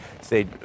Say